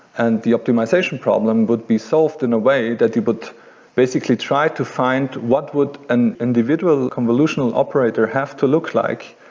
and the optimization problem would be solved in a way that you would but basically try to find what would an individual convolutional operator have to look like,